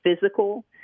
physical